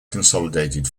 consolidated